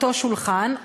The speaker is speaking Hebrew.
אותו שולחן,